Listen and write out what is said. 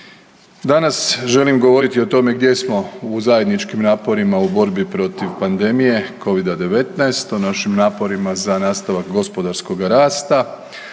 Danas želim govoriti o tome gdje smo u zajedničkim naporima u borbi protiv pandemije Covida-19, o našim naporima za nastavak gospodarskog rasta,